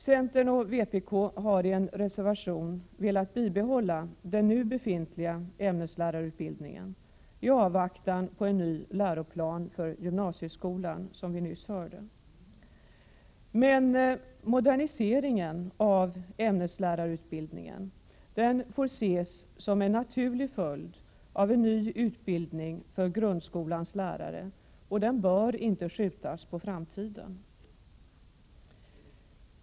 Centern och vpk har i en reservation velat bibehålla den nu befintliga ämneslärarutbildningen i avvaktan på en ny läroplan för gymnasieskolan, som vi nyss hörde. Men moderniseringen av ämneslärarutbildningen får ses som en naturlig följd av en ny utbildning för grundskolans lärare, och den bör inte skjutas på framtiden.